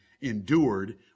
endured